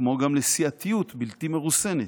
כמו גם לסיעתיות בלתי מרוסנת.